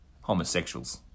homosexuals